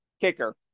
kicker